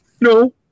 No